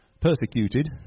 Persecuted